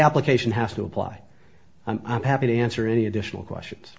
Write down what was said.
application has to apply i'm happy to answer any additional questions